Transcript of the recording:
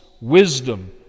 wisdom